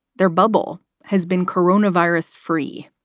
their bubble has been corona virus free.